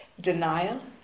denial